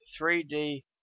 3D